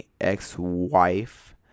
ex-wife